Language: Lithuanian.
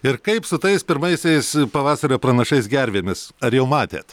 ir kaip su tais pirmaisiais pavasario pranašais gervėmis ar jau matėt